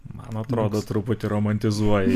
man atrodo truputį romantizuoji